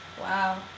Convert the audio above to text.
Wow